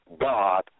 God